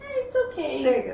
it's okay. there you